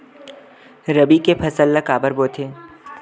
रबी के फसल ला काबर बोथे?